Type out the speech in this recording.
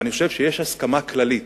ואני חושב שיש הסכמה כללית